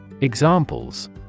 Examples